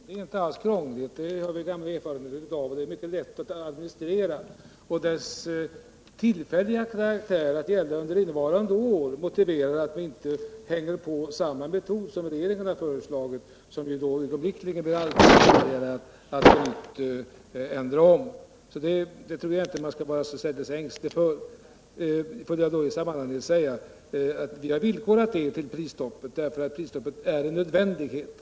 Herr talrnan! Vårt förslag när det gäller tilläggslånet innebär inte alls ett krångligt system, utan det är mycket lätt att administrera. Dess tillfälliga karaktär, dvs. att det skulle gälla under innevarande år, motiverade att vi inte föreslår samma metod som regeringen, en metod som man mycket snart skulle ha blivit tvungen att ändra. Att systemet skulle bli krångligt tror jag alltså inte att man behöver vara särdeles ängslig för. Låt mig i sammanhanget säga att vi har bundit detta till ett prisstopp, eftersom ett sådant är en nödvändighet.